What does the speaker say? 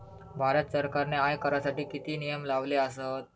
भारत सरकारने आयकरासाठी किती नियम लावले आसत?